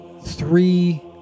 three